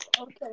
Okay